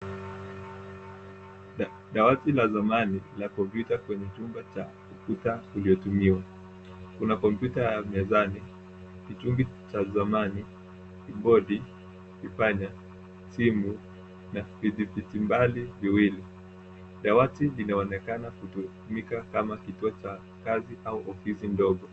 Dawati la zamani la kompyuta kwenye chumba cha ukuta uliotumiwa. Kuna kompyuta ya mezani, kichungi cha zamani, kibodi, kipanya, simu na vidhibiti mbali viwili. Dawati linaonekana kama kituo cha kazi au ofisi ndogo.